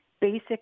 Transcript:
basic